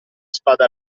spada